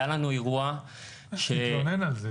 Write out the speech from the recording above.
היה לנו אירוע --- צריך להתלונן על זה.